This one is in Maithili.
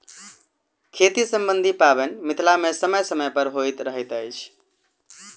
खेती सम्बन्धी पाबैन मिथिला मे समय समय पर होइत रहैत अछि